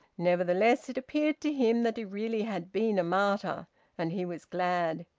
nevertheless it appeared to him that he really had been a martyr and he was glad.